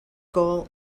goal